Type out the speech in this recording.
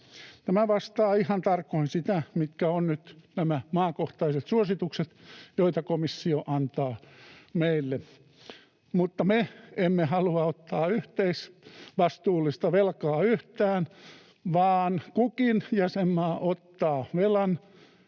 Tämä vastaa ihan tarkoin sitä, mitkä ovat nyt nämä maakohtaiset suositukset, joita komissio antaa meille. Mutta me emme halua ottaa yhteysvastuullista velkaa yhtään, vaan kukin jäsenmaa ottaa velan,